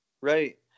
Right